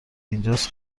اینجاس